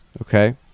Okay